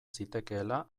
zitekeela